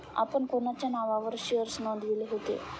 आपण कोणाच्या नावावर शेअर्स नोंदविले होते?